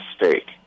mistake